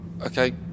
Okay